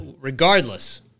regardless